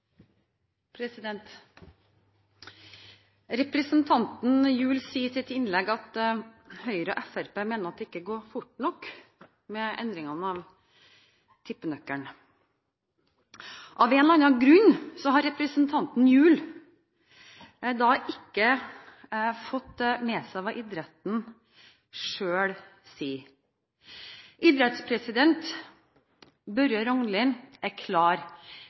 Representanten Gjul sa i sitt innlegg at Høyre og Fremskrittspartiet mener at det ikke går fort nok med endringen av tippenøkkelen. Av en eller annen grunn har representanten Gjul da ikke fått med seg hva idretten selv sier. Idrettspresident Børre Rognlien er klar